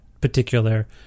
particular